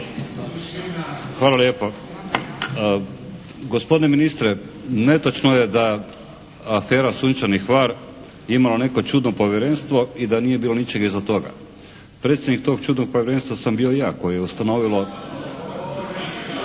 Hvala lijepo. Gospodine ministre! Netočno je da afera "Sunčani Hvar" imala neko čudno povjerenstvo i da nije bilo ničega iza toga. Predsjednik tog čudnog povjerenstva sam bio ja koje je ustanovilo